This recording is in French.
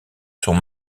sont